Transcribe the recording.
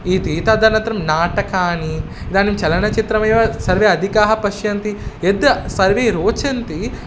इति तदनन्तरं नाटकानि इदानीं चलनचित्रमेव सर्वे अधिकाः पश्यन्ति यद् सर्वे रोचन्ति